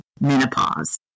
menopause